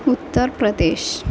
Uttar Pradesh